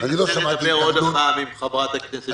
אני אדבר עוד פעם עם חברת הכנסת שקד.